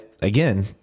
again